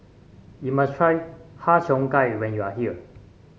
you must try Har Cheong Gai when you are here